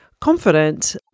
confident